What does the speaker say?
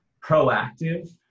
proactive